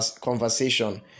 conversation